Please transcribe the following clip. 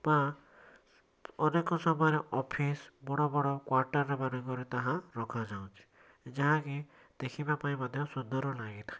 ବା ଅନେକ ସମୟରେ ଅଫିସ୍ ବଡ଼ ବଡ଼ କ୍ୱାଟରରେ ମାନଙ୍କରେ ତାହା ରଖାଯାଉଛି ଯାହାକି ଦେଖିବା ପାଇଁ ମଧ୍ୟ ସୁନ୍ଦର ଲାଗିଥାଏ